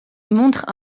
montre